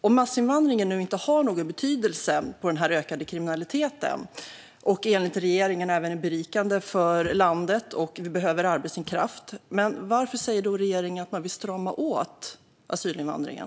Om massinvandringen inte har någon betydelse för den ökade kriminaliteten och om den, som regeringen säger, är berikande för landet och bidrar med arbetskraft som vi behöver, varför säger då regeringen att man vill strama åt asylinvandringen?